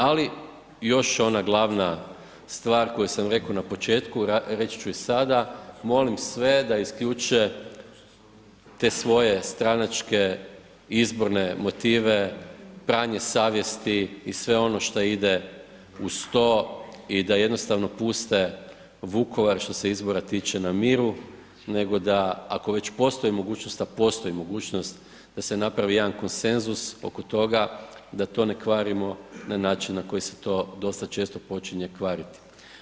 Ali još ona glavna stvar koju sam rekao na početku, reći ću i sada, molim sve da isključe te svoje stranačke izborne motive, pranje savjesti i sve ono što ide uz to i da jednostavno puste Vukovar što se izbora tiče na miru, nego da ako već postoji mogućnost, a postoji mogućnost da se napravi jedan konsenzus oko toga da to ne kvarimo na način na koji se dosta često počinje kvariti.